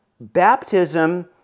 Baptism